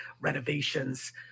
renovations